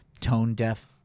tone-deaf